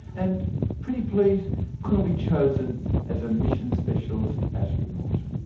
and pretty please could i be chosen as a mission specialist astronaut?